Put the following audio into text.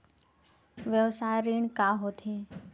व्यवसाय ऋण का होथे?